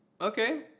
Okay